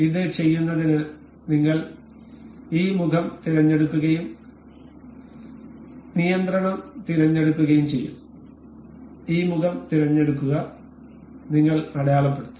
ഇത് ചെയ്യുന്നതിന് നിങ്ങൾ ഈ മുഖം തിരഞ്ഞെടുക്കുകയും നിയന്ത്രണം തിരഞ്ഞെടുക്കുകയും ചെയ്യും ഈ മുഖം തിരഞ്ഞെടുക്കുക നിങ്ങൾ അടയാളപ്പെടുത്തും